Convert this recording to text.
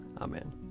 Amen